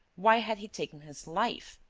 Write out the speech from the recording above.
why had he taken his life?